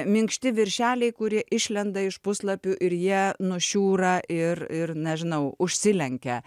minkšti viršeliai kurie išlenda iš puslapių ir jie nušiūra ir ir nežinau užsilenkia